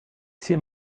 see